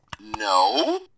No